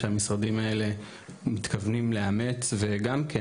שהמשרדים האלה מתכוונים לאמץ וגם כן,